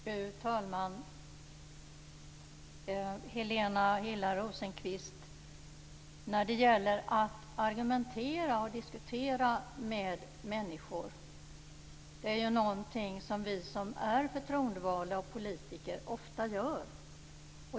Fru talman! Helena Hillar Rosenqvist, att argumentera och diskutera med människor är ju något som vi som är förtroendevalda/politiker ofta gör.